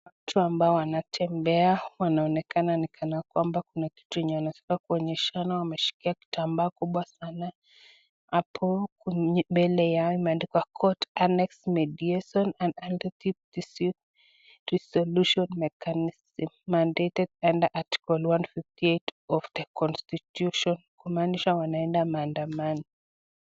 Watu ambao wanatembea, wanaonekana ni kanakwamba kuna kitu yenye wanataka kuonyeshana, wameshika kitambaa kubwa sana. Hapo mbele yao imeandikwa court annex mediation and alternative dispute resolution mechanism mandated under the article 1 of the constitution . Kumanisha wanaenda maandamano.